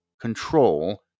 control